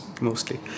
Mostly